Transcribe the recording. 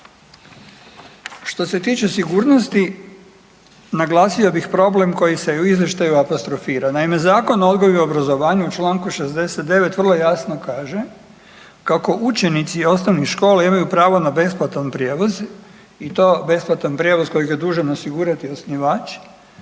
Što se tiče sigurnosti naglasio bi problem koji se u izvještaju apostrofira. Naime, Zakon o odgoju i obrazovanju u Članku 69. vrlo jasno kaže kako učenici osnovnih škola imaju pravo na besplatan prijevoz i to besplatan prijevoz koji je zadužen osigurati osnivač,